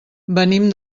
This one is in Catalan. venim